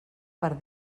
per